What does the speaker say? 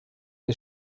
des